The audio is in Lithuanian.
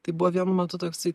tai buvo vienu metu toksai